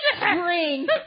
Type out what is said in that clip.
bring